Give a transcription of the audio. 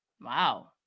Wow